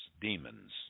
demons